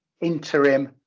interim